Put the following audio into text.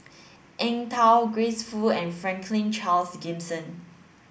Eng Tow Grace Fu and Franklin Charles Gimson